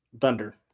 Thunder